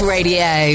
Radio